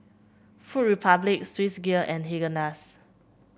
Food Republic Swissgear and Haagen Dazs